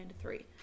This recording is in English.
three